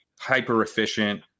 hyper-efficient